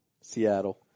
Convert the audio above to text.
Seattle